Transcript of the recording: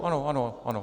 Ano, ano, ano.